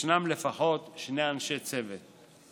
ישנם לפחות שני אנשי צוות.